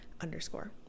underscore